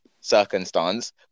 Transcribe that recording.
circumstance